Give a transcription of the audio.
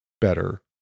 better